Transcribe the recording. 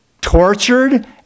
tortured